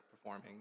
performing